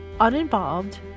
uninvolved